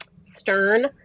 stern